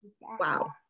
Wow